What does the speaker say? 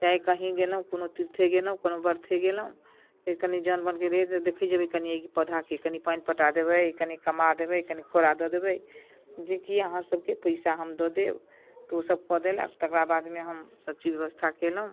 चाहे कहीँ गेलहुँ कोनो तीर्थे गेलहुँ कोनो बर्थे गेलहुँ कनि जौन बोनिके राखि देखै जेबै कनि पौधाके कनि पानि पटा देबै कनि कमा देबै कनि कोड़ा दऽ देबै जे कि अहाँसबके पइसा हम दऽ देब तऽ ओसब कऽ देलक तकरा बादमे हमसब चीज बेबस्था केलहुँ